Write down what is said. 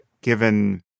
given